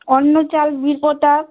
অন্য চাল বীরপ্রতাপ